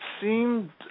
seemed